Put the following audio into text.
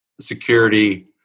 security